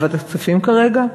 ועדת כספים כרגע?